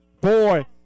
Boy